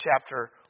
chapter